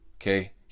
Okay